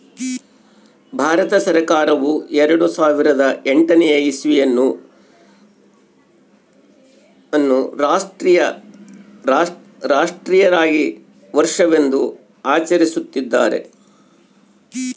ಭಾರತ ಸರ್ಕಾರವು ಎರೆಡು ಸಾವಿರದ ಎಂಟನೇ ಇಸ್ವಿಯನ್ನು ಅನ್ನು ರಾಷ್ಟ್ರೀಯ ರಾಗಿ ವರ್ಷವೆಂದು ಆಚರಿಸುತ್ತಿದ್ದಾರೆ